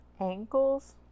Ankles